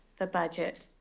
the budget,